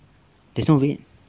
there's no red